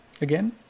again